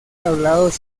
hablados